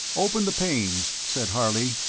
open the panes, said harley,